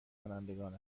کنندگان